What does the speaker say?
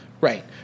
Right